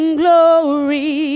glory